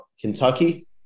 Kentucky